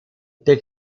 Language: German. der